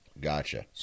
Gotcha